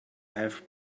have